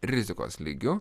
rizikos lygiu